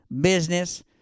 business